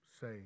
say